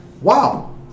wow